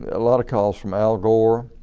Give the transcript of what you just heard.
a lot of calls from al gore,